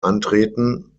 antreten